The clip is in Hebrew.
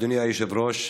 אדוני היושב-ראש,